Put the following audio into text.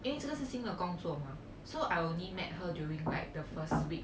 因为这个是新的工作 so I only met her like during the first week